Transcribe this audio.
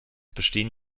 bestehen